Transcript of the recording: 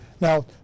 Now